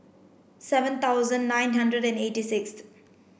seven thousand nine hundred and eighty sixth